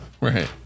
right